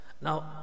Now